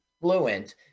fluent